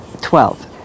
Twelve